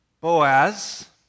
Boaz